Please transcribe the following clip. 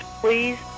please